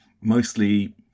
mostly